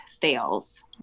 fails